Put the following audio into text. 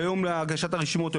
ביום להגשת הרשימות,